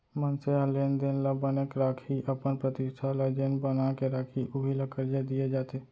मनसे ह लेन देन ल बने राखही, अपन प्रतिष्ठा ल जेन बना के राखही उही ल करजा दिये जाथे